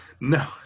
No